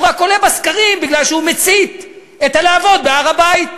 הוא רק עולה בסקרים מפני שהוא מצית את הלהבות בהר-הבית.